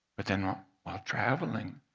but then while traveling,